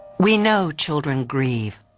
we know children grieve,